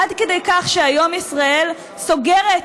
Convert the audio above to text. עד כדי כך שהיום ישראל סוגרת